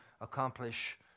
accomplish